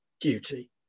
duty